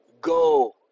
go